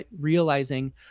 realizing